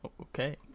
Okay